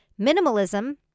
minimalism